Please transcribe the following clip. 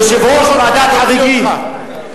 יושב-ראש ועדת חריגים.